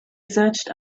searched